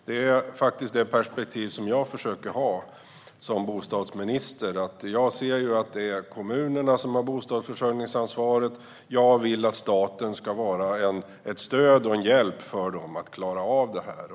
Det perspektiv som jag försöker ha som bostadsminister är att jag ser att det är kommunerna som har bostadsförsörjningsansvaret, och jag vill att staten ska vara ett stöd och en hjälp för dem att klara av detta.